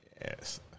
Yes